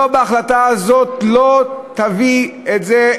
בהחלטה הזאת לא תביא את זה,